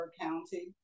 County